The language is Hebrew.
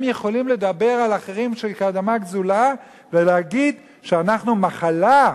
הם יכולים לדבר על אחרים שזו אדמה גזולה ולהגיד שאנחנו מחלה,